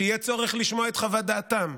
שיהיה צורך לשמוע את חוות דעתם.